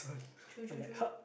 true true true